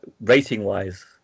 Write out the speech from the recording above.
rating-wise